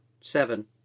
Seven